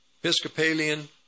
Episcopalian